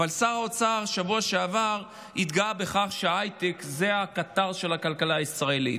אבל שר האוצר בשבוע שעבר התגאה בכך שההייטק זה הקטר של הכלכלה הישראלית.